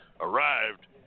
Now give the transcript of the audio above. arrived